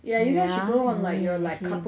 yeah me and him